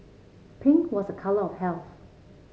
pink was a colour of health